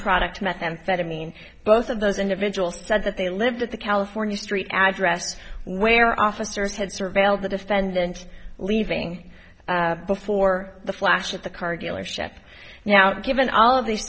product methamphetamine both of those individual said that they lived at the california street address where officers had surveilled the defendant leaving before the flash of the car dealership now given all of the